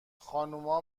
خانوما